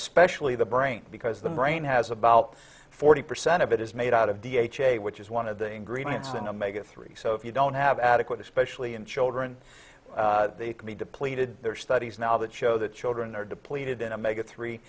especially the brain because the brain has about forty percent of it is made out of the ha which is one of the ingredients in a mega three so if you don't have adequate especially in children you can be depleted there are studies now that show that children are depleted in a mega three